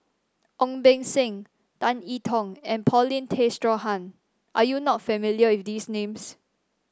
Ong Beng Seng Tan I Tong and Paulin Tay Straughan are you not familiar with these names